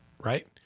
right